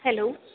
hello